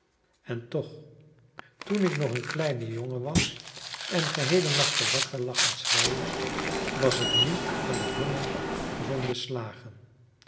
en toch toen ik nog een kleine jongen was en geheele nachten wakker lag en schreide was het niet van den honger of om de slagen